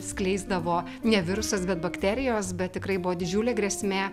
skleisdavo ne virusas bet bakterijos bet tikrai buvo didžiulė grėsmė